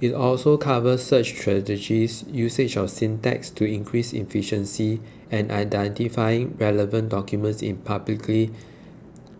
it also covers search strategies usage of syntax to increase efficiency and identifying relevant documents in publicly